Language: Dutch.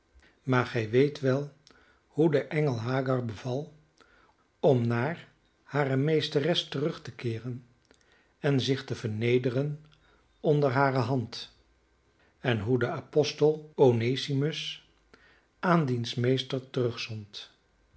maar gij weet wel hoe de engel hagar beval om naar hare meesteres terug te keeren en zich te vernederen onder hare hand en hoe de apostel onesimus aan diens meester terugzond